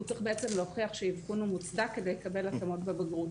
הוא צריך בעצם להוכיח שהאבחון הוא מוצדק כדי לקבל התאמות בבגרות.